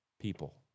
people